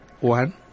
one